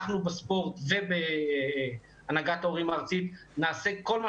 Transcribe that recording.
אנחנו בספורט ובהנהגת ההורים הארצית נעשה כל מה